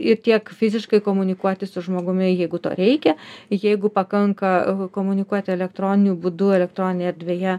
ir tiek fiziškai komunikuoti su žmogumi jeigu to reikia jeigu pakanka komunikuoti elektroniniu būdu elektroninėje erdvėje